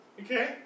Okay